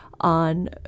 on